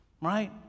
Right